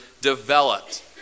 developed